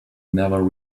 never